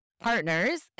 partners